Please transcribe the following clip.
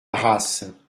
race